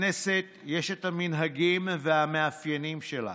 לכנסת יש המנהגים והמאפיינים שלה.